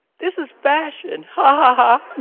this is fashion hahaha.